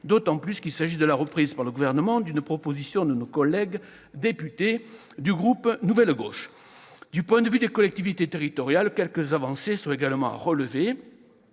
d'autant qu'il s'agit de la reprise par le Gouvernement d'une proposition de nos collègues députés du groupe Nouvelle Gauche. Du point de vue des collectivités territoriales, quelques avancées sont également à relever.